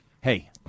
Hey